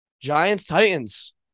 Giants-Titans